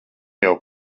jau